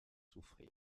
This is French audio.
souffrir